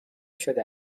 شده